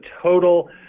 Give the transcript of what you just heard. total